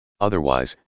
Otherwise